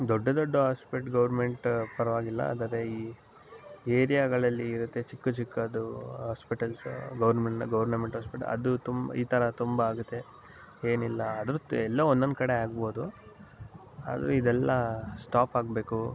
ದೊಡ್ಡ ದೊಡ್ಡ hospital government ಪರವಾಗಿಲ್ಲ ಆದರೆ ಈ ಏರಿಯಾಗಳಲ್ಲಿ ಇರತ್ತೆ ಚಿಕ್ಕ ಚಿಕ್ಕದು ಆಸ್ಪೆಟಲ್ಸ್ ಗೌರ್ಮೆಂಟ್ ಗವರ್ನಮೆಂಟ್ ಹಾಸ್ಪಿಟ ಅದು ತುಂಬ ಈ ಥರ ತುಂಬ ಆಗುತ್ತೆ ಏನಿಲ್ಲ ಆದ್ರುತ್ತೆ ಎಲ್ಲೋ ಒಂದೊಂದು ಕಡೆ ಆಗ್ಬೋದು ಆದರೂ ಇದೆಲ್ಲ ಸ್ಟಾಪ್ ಆಗಬೇಕು